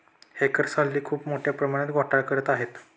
hackers हल्ली खूप मोठ्या प्रमाणात घोटाळा करत आहेत